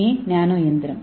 ஏ nano இயந்திரம்